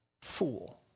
fool